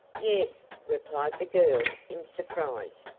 yes, replied the girl in surprise.